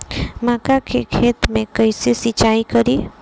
मका के खेत मे कैसे सिचाई करी?